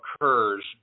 occurs